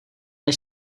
než